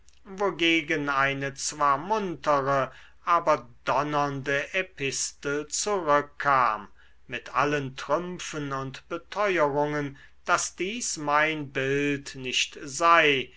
wogegen eine zwar muntere aber donnernde epistel zurückkam mit allen trümpfen und beteuerungen daß dies mein bild nicht sei